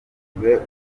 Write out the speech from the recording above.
urufunguzo